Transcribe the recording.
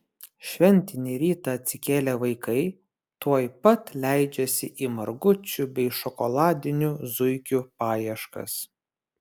šventinį rytą atsikėlę vaikai tuoj pat leidžiasi į margučių bei šokoladinių zuikių paieškas